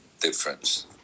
difference